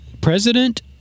President